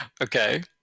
Okay